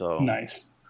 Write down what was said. Nice